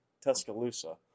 Tuscaloosa